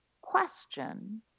question